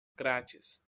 grátis